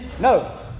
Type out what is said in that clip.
No